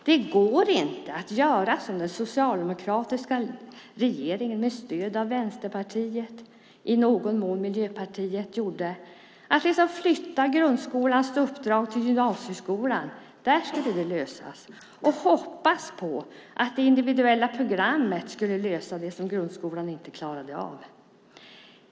Det går inte att göra som den socialdemokratiska regeringen med stöd av Vänsterpartiet och i någon mån Miljöpartiet gjorde, att liksom flytta grundskolans uppdrag till gymnasieskolan och hoppas på att det individuella programmet skulle lösa det som grundskolan inte klarade av.